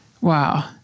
Wow